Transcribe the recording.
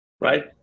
right